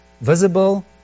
Visible